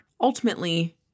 ultimately